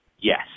Yes